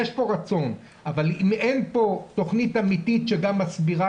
יש כאן רצון אבל אם אין כאן תוכנית אמיתית שגם מסבירה